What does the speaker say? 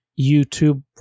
YouTube